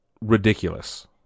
ridiculous